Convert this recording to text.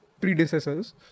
predecessors